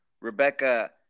Rebecca